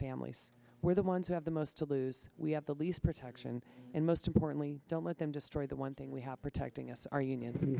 families were the ones who have the most to lose we have the least protection and most importantly don't let them destroy the one thing we have protecting us our union